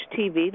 TV